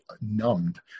numbed